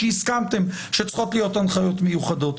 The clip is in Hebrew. שהסכמתם שצריכות להיות הנחיות מיוחדות.